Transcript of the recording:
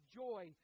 joy